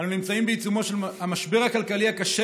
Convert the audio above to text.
אנחנו נמצאים בעיצומו של המשבר הכלכלי הקשה